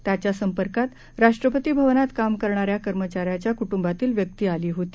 त्याच्या संपर्कात राष्ट्रपती भवनात काम करणाऱ्या कर्मचाऱ्याच्या कूट्रबातली व्यक्ती आली होती